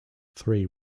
three